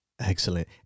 Excellent